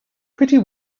pretty